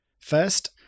First